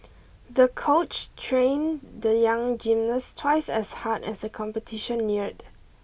the coach trained the young gymnast twice as hard as the competition neared